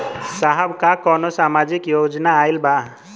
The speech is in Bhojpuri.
साहब का कौनो सामाजिक योजना आईल बा?